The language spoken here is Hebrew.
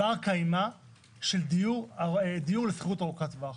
בר קיימא של דיור בשכירות ארוכת טווח.